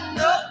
no